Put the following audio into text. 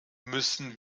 müssen